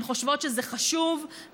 הן חושבות שזה חשוב,